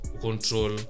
control